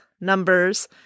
Numbers